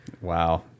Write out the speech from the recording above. Wow